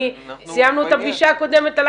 סיימנו את הפגישה הקודמת,